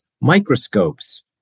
microscopes